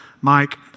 Mike